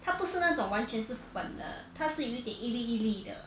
它不是那种完全是粉的它是有一点一粒一粒的